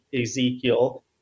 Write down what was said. Ezekiel